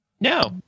no